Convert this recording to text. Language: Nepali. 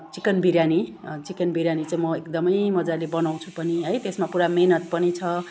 चिकन बिर्यानी चिकन बिर्यानी चाहिँ म एकदमै मजाले बनाउँछु पनि है त्यसमा पुरा मेहनत पनि छ